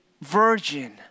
virgin